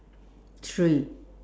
three